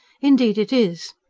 indeed it is.